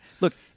Look